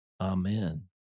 amen